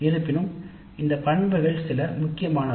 இருப்பினும் இந்த பண்புகள் சில முக்கியமானவை